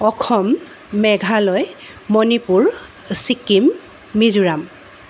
Assam Meghalaya Manipur Sikkim Mizoram